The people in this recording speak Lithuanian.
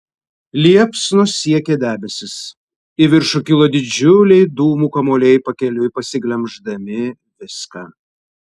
liepsnos siekė debesis į viršų kilo didžiuliai dūmų kamuoliai pakeliui pasiglemždami viską